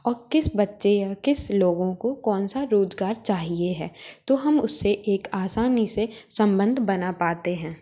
और किस बच्चे या किस लोगों को कौन सा रोज़गार चाहिए है तो हम उसे एक आसानी से संबंध बना पाते हैं